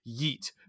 yeet